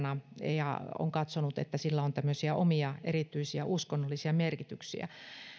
ja on katsonut että sillä on tämmöisiä omia erityisiä uskonnollisia merkityksiä